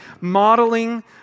modeling